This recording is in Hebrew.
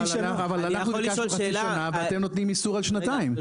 אני ביקשתי חצי שנה ואתם נותנים איסור על השנתיים,